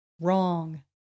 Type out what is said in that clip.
wrong